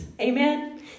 Amen